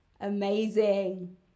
Amazing